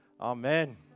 Amen